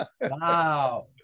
Wow